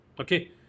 okay